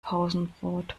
pausenbrot